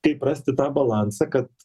kaip rasti tą balansą kad